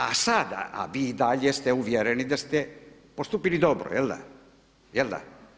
A sada, a vi i dalje ste uvjereni da ste postupili dobro jel da, jel da?